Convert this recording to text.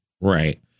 Right